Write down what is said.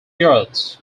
yards